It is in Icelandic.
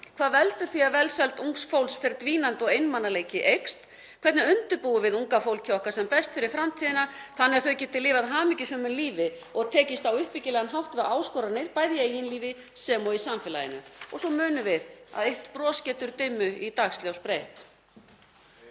Hvað veldur því að velsæld ungs fólks fer dvínandi og einmanaleiki eykst? Hvernig undirbúum við unga fólkið okkar sem berst fyrir framtíðina þannig að þau geti lifað hamingjusömu lífi og tekist á uppbyggilegan hátt við áskoranir, bæði í eigin lífi sem og í samfélaginu? Og svo munum við að eitt bros getur dimmu í dagsljós breytt.